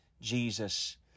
Jesus